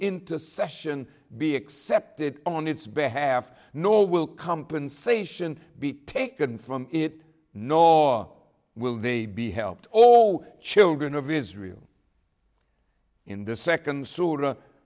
into session be accepted on its behalf nor will compensation be taken from it nor will they be helped all children of israel in the second s